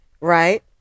right